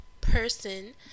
person